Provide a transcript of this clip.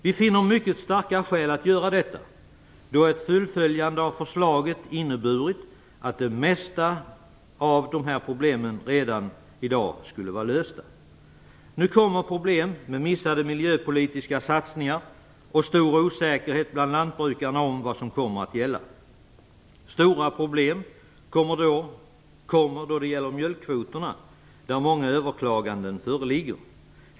Vi finner mycket starka skäl att göra detta, då ett fullföljande av förslaget hade inneburit att det mesta av de här problemen redan i dag skulle ha varit lösta. Nu kommer problem med missade miljöpolitiska satsningar och stor osäkerhet bland lantbrukarna om vad som kommer att gälla. Stora problem kommer då det gäller mjölkkvoterna, där många överklaganden föreligger.